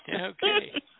Okay